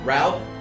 Ralph